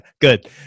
Good